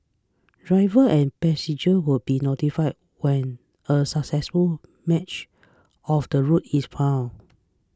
drivers and passengers will be notified when a successful match of the route is found